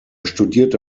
studierte